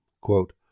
Quote